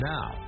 Now